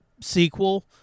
sequel